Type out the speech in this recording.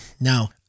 Now